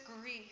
grief